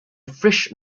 frisch